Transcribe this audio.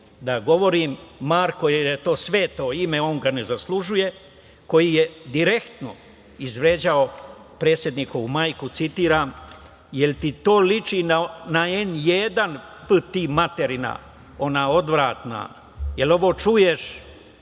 da govorim, Marko, jer je to sveto ime, on ga ne zaslužuje, koji je direktno izvređao predsednikovu majku, citiram: „Jel ti to liči na N1 p…. ti materina ona odvratna, jel ovo čuješ,